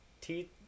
teeth